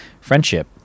friendship